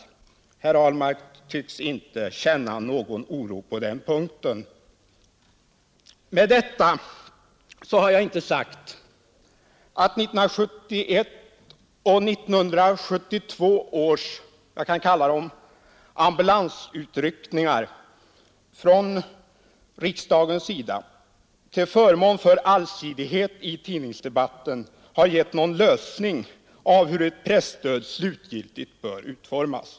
Herr Ahlmark tycks inte känna någon oro på den punkten. Med detta har jag inte sagt att 1971 och 1972 års låt mig kalla dem ambulansutryckningar från riksdagens sida till förmån för allsidighet i tidningsdebatten har gett någon lösning av hur ett presstöd slutgiltigt bör utformas.